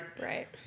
Right